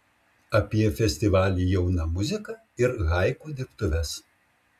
apie festivalį jauna muzika ir haiku dirbtuves